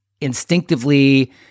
instinctively